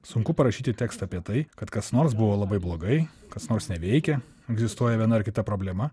sunku parašyti tekstą apie tai kad kas nors buvo labai blogai kas nors neveikia egzistuoja viena ar kita problema